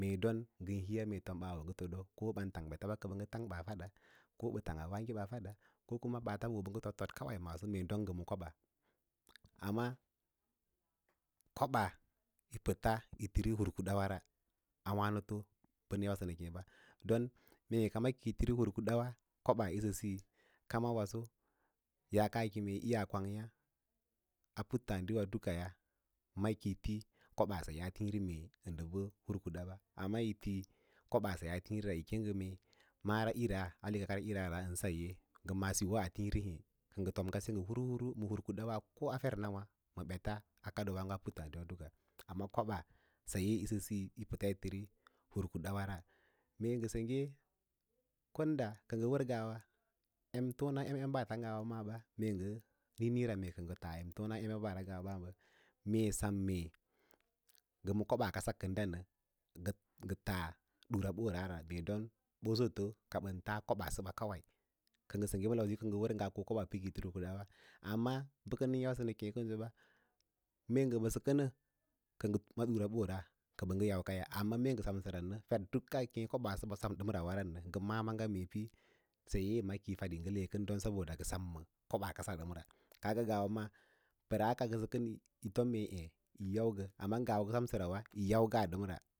Ngən hiiya mee tom ɓaa wo ngə toɗo ko ɓan tang ɓeta ɓa kə bə tang baa fada ko bə tang auwey baafaɗa ko kama ɓaata ke ɓə ngə toɗ foɗ kawai don ngə ma koba amma koɓaa yi pəta yi tiri hur kudawa ra a wânəto bə nə yausə nə keẽ ba don mee kama kiyi tiri hur kudawa kobaa yisi siyi tiri hur kudawa kobaa yisi siyi kama waso yaa kayi yaa kwang yǎ yǎ a puttǎǎdiwa daka ya ma ki yi ti koɓaa saye a tiĩr domín ndə bə hur kuda ba, amma yi tí koɓaasa a tiĩri ra ale marirara ən saye ngə ma’ǎ siyo a tiĩri mee ki yi ngə tom ngase ngə tom hur hur tun kudawa ko a fernawâ ma ɓeta a kaɗdo waãgo a puttǎǎɗiwa duka, amma kobaa saye yisi siyi yi pətayi tiri hurkudawa ra mee ngə sengge kon ɗa kə ngə wər ngawa ənfom em embaata ngawa maa ɓa, mee niĩniĩra mee kə ngə taa emton em embara ngawa ra mee sem mee ngə ma koɓaa kasa kən da nə ngə taa ɗura ɓora ra don ɓosotə ka ɓən taa kobaa səba kawaī kə ngə sengge ma lausiyo kə ngə drəo nga koɓas pə ki yi tiri hurkuda, amma ɓə bə kənən yausə nə kěě kənjo ba mee ngə əbə kənə kə ngə ma ɗura ɓora ə ngə yau kaya amma me ngə semsəra nə fer duk kiyaa kem kobaasəsa sem rawanə ɓə sem dəm rawa, ngə ma’ā maaga pə saye m kiyi faɗa yingə lekən don ngə sem ma kobaa kasa fəm ra ka ngawa ma pəraa ka ngə sə kən yi kon mee êê yín yau ngə amma ngawa sem dərawa yi yau ngə dəm ra.